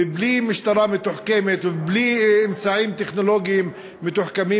ובלי משטרה מתוחכמת ובלי אמצעים טכנולוגיים מתוחכמים,